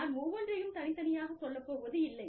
நான் ஒவ்வொன்றையும் தனித்தனியாகச் சொல்லப் போவது இல்லை